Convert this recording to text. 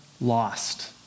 lost